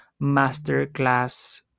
Masterclass